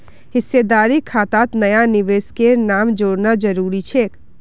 हिस्सेदारी खातात नया निवेशकेर नाम जोड़ना जरूरी छेक